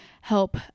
help